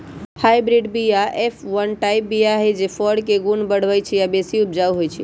hybrid बीया F one type बीया हई जे फर के गुण बढ़बइ छइ आ बेशी उपजाउ होइ छइ